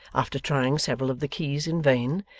after trying several of the keys in vain,